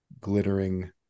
glittering